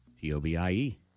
T-O-B-I-E